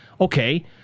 okay